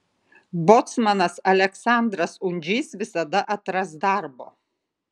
bocmanas aleksandras undžys visada atras darbo